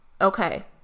Okay